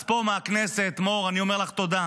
אז פה, מהכנסת, מור, אני אומר לך תודה